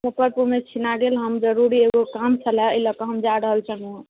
मुजफ्फरपुरमे छिना गेल हम जरूरी एगो काम छलैया एहि लऽ कऽ हम जा रहल छलहुँ हँ